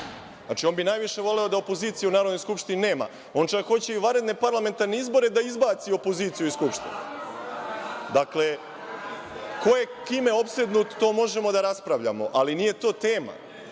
On bi najviše voleo da opozicije u Narodnoj skupštini nema. On čak hoće i vanredne parlamentarne izbore, da izbaci opoziciju iz Skupštine. Dakle, ko je kime opsednut, to možemo da raspravljamo, ali to nije tema.